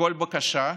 לכל בקשה,